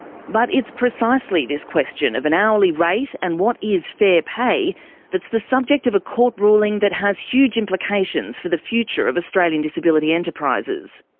but it's precisely this question of an hourly rate and what is fair pay that's the subject of a court ruling that has huge implications for the future of australian disability enterprises.